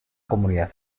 comunidad